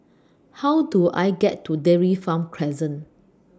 How Do I get to Dairy Farm Crescent